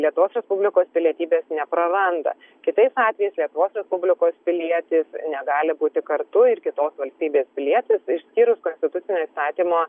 lietuvos respublikos pilietybės nepraranda kitais atvejais lietuvos respublikos pilietis negali būti kartu ir kitos valstybės pilietis išskyrus konstitucinio įstatymo